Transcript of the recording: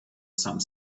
some